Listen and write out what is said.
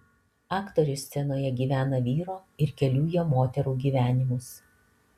aktorius scenoje gyvena vyro ir kelių jo moterų gyvenimus